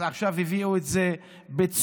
אז עכשיו הביאו את זה בצורה,